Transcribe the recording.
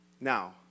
now